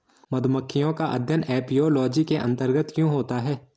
मधुमक्खियों का अध्ययन एपियोलॉजी के अंतर्गत क्यों होता है?